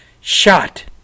shot